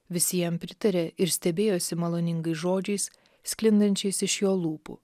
visi jam pritarė ir stebėjosi maloningais žodžiais sklindančiais iš jo lūpų